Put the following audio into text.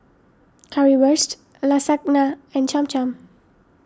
Currywurst Lasagna and Cham Cham